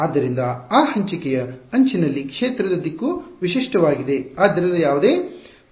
ಆದ್ದರಿಂದ ಆ ಹಂಚಿಕೆಯ ಅಂಚಿನಲ್ಲಿ ಕ್ಷೇತ್ರದ ದಿಕ್ಕು ವಿಶಿಷ್ಟವಾಗಿದೆ ಆದ್ದರಿಂದ ಯಾವುದೇ ಫ್ಲಿಪ್ಪಿಂಗ್ ಇಲ್ಲಿ ನಡೆಯುತ್ತಿಲ್ಲ